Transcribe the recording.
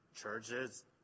churches